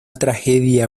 tragedia